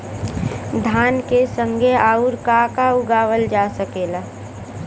धान के संगे आऊर का का उगावल जा सकेला?